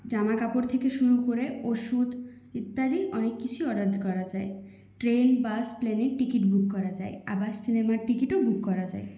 জামা কাপড় থেকে শুরু করে ওষুধ ইত্যাদি অনেক কিছুই অর্ডার করা যায় ট্রেন বাস প্লেনের টিকিট বুক করা যায় আবার সিনেমার টিকিটও বুক করা যায়